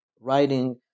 writing